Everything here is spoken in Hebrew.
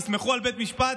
תסמכו על בית משפט,